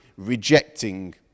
Rejecting